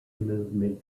movement